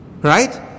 right